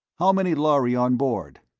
how many lhari on board?